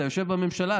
אתה יושב בממשלה,